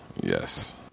yes